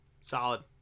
Solid